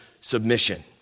submission